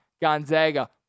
Gonzaga